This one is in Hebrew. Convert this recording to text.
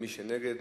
ומי שנגד,